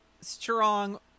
strong